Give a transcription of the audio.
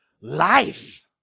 life